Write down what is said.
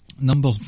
Number